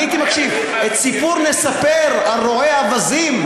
אני הייתי מקשיב: "סיפור נספר על רועה אווזים".